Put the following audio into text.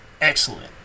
excellent